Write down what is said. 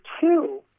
two